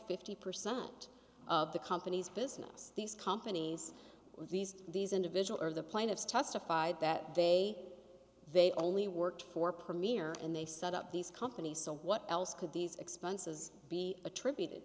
fifty percent of the company's business these companies these these individuals are the plaintiffs testified that they they only worked for premier and they set up these companies so what else could these expenses be attributed